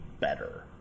better